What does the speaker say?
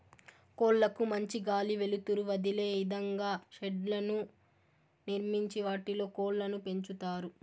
కోళ్ళ కు మంచి గాలి, వెలుతురు తదిలే ఇదంగా షెడ్లను నిర్మించి వాటిలో కోళ్ళను పెంచుతారు